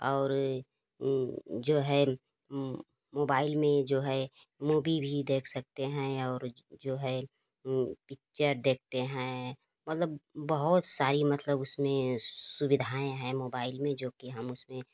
और जो है मोबाइल में जो है मूवी भी देख सकते हैं और जो है पिक्चर देखते हैं मतलब बहुत सारी मतलब उसमें सुविधाएँ हैं मोबाइल में जो कि हम उसमें